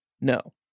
No